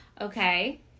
okay